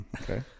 Okay